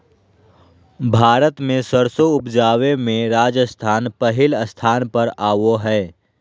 भारत मे सरसों उपजावे मे राजस्थान पहिल स्थान पर आवो हय